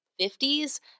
50s